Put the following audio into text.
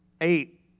Eight